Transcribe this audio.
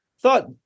thought